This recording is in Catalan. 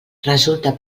resulta